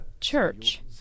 church